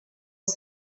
els